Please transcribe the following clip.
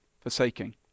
forsaking